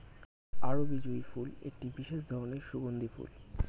আরবি জুঁই ফুল একটি বিশেষ ধরনের সুগন্ধি ফুল